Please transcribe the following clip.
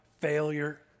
failure